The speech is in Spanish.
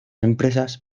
empresas